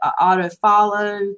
auto-follow